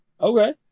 okay